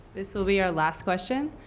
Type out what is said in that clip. this will be our last question.